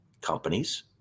companies